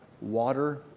Water